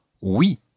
oui